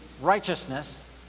righteousness